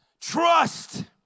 Trust